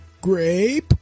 grape